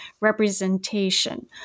representation